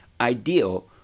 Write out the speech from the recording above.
ideal